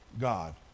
God